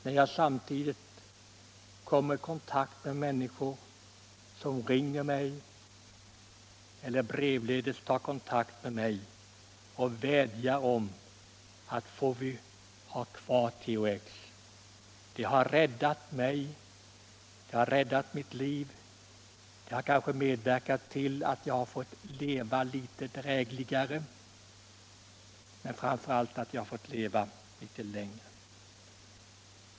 Men samtidigt kommer jag i kontakt med människor som ringer mig eller brevledes vädjar om att THX skall få vara kvar och säger: Det har räddat mitt liv. Det har kanske medverkat till att jag fått leva litet drägligare, men framför allt till att jag fått leva litet längre.